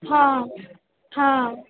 હાં હાં